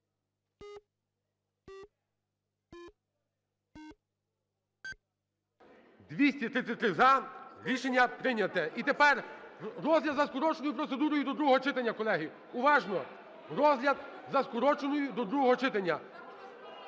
За-233 Рішення прийнято. І тепер розгляд за скороченою процедурою до другого читання, колеги. Уважно, розгляд за скороченою до другого читання.